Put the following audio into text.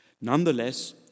Nonetheless